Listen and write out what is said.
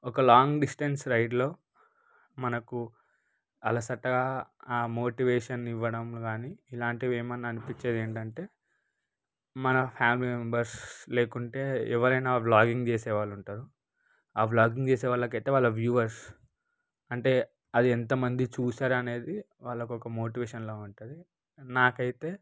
ఒక long distance రైడ్లో మనకు అలసట ఆ మోటివేషన్ ఇవ్వడం కానీ ఇలాంటివి ఏమన్నా అనిపించేది ఏంటంటే మన ఫ్యామిలీ మెంబర్స్ లేకుంటే ఎవరైనా వ్లాగింగ్ చేసే వాళ్ళు ఉంటారు ఆ వ్లాగింగ్ చేసే వాళ్ళకు అయితే వ్యూవర్స్ అంటే అది ఎంతమంది చూసారు అనేది వాళ్ళకి ఒక మోటివేషన్లా ఉంటుంది నాకైతే